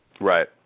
Right